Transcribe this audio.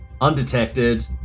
undetected